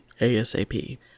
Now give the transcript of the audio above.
ASAP